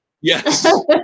Yes